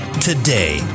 today